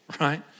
right